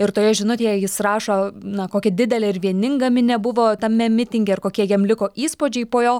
ir toje žinutėje jis rašo na kokia didelė ir vieninga minia buvo tame mitinge ir kokie jam liko įspūdžiai po jo